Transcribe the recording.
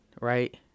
right